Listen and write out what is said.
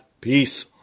Peace